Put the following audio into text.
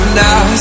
now